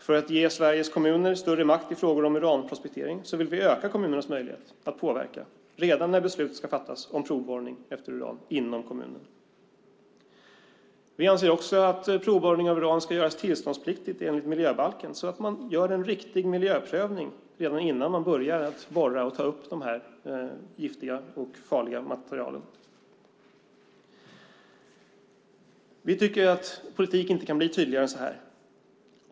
För att ge Sveriges kommuner större makt i frågor om uranprospektering vill vi öka kommunernas möjlighet att påverka redan när beslut ska fattas om provborrning efter uran inom kommunen. Vi anser också att provborrning av uran ska göras tillståndspliktigt enligt miljöbalken så att man gör en riktig miljöprövning redan innan man börjar borra och ta upp de här giftiga och farliga materialen. Vi tycker att politik inte kan bli tydligare än så här.